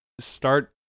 start